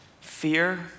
Fear